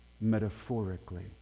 metaphorically